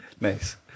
Nice